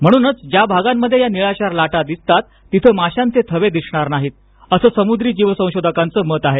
म्हणूनच ज्या भागांमध्ये या निळाशार लाटा दिसतात तिथं माशांचे थवे दिसणार नाहीत असं समुद्री जीव संशोधकांचं मत आहे